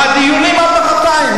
מהדיונים, עד מחרתיים.